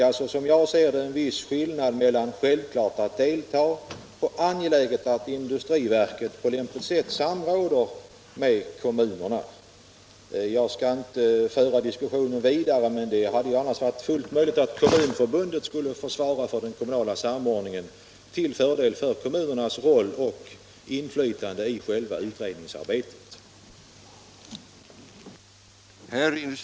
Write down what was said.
Det är som jag ser det en viss skillnad mellan dessa båda uttalanden. Jag skall inte föra diskussionen vidare, men det hade varit fullt möjligt att Kommunförbundet hade fått svara för den kommunala samordningen till fördel för kommunernas roll och inflytande i själva utredningsarbetet.